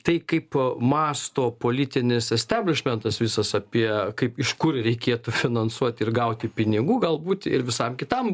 tai kaip po mąsto politinis isteblišmentas visas apie kaip iš kur reikėtų finansuoti ir gauti pinigų galbūt ir visam kitam